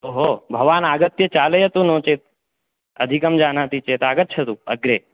ओहो भवान् आगत्य चालयतु नो चेत् अधिकं जानाति चेत् आगच्छतु अग्रे